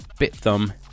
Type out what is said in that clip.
BitThumb